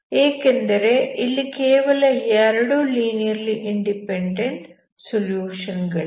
ಏಕೆಂದರೆ ಇಲ್ಲಿ ಕೇವಲ 2 ಲೀನಿಯರ್ಲಿ ಇಂಡಿಪೆಂಡೆಂಟ್ ಸೊಲ್ಯುಶನ್ ಗಳಿವೆ